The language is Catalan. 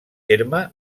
terme